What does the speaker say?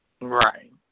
Right